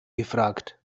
gefragt